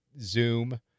Zoom